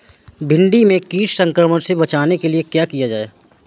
भिंडी में कीट संक्रमण से बचाने के लिए क्या किया जाए?